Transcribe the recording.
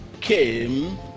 came